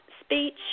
speech